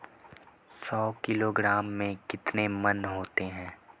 सौ किलोग्राम में कितने मण होते हैं?